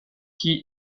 qui